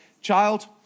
child